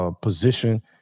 Position